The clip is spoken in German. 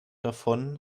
davon